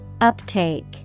Uptake